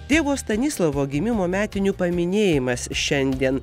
tėvo stanislovo gimimo metinių paminėjimas šiandien